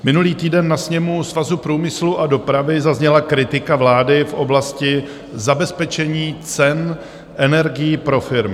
Minulý týden na sněmu Svazu průmyslu a dopravy zazněla kritika vlády v oblasti zabezpečení cen energií pro firmy.